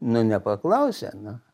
nu nepaklausė nu